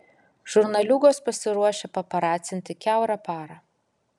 žurnaliūgos pasiruošę paparacinti kiaurą parą